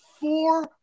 four